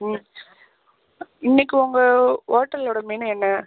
இன்னைக்கு உங்கள் ஹோட்டலோட மெனு என்ன